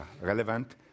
relevant